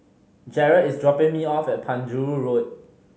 Jarett is dropping me off at Penjuru Road